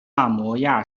萨摩亚